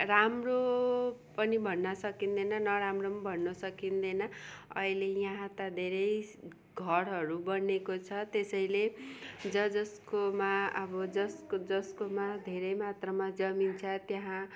राम्रो पनि भन्न सकिँदैन नराम्रो पनि भन्नु सकिँदैन अहिले यहाँ त धेरै घरहरू बनिएको छ त्यसैले ज जसकोमा अब जस्को जस्कोमा धेरै मात्रामा जमिन छ त्यहाँ